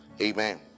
Amen